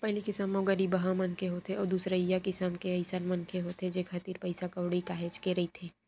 पहिली किसम म गरीबहा मनखे होथे अउ दूसरइया किसम के अइसन मनखे होथे जेखर तीर पइसा कउड़ी काहेच के रहिथे